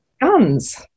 Guns